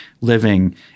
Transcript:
living